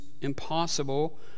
impossible